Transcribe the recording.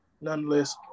nonetheless